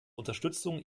unterstützung